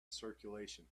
circulation